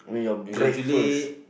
it's usually